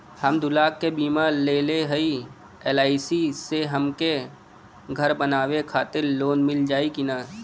हम दूलाख क बीमा लेले हई एल.आई.सी से हमके घर बनवावे खातिर लोन मिल जाई कि ना?